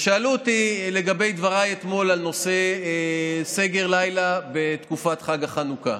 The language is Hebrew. שאלו אותי לגבי דבריי אתמול על נושא סגר לילה בתקופת חג החנוכה,